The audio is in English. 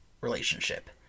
relationship